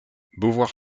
beauvoir